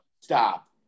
Stop